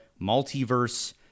Multiverse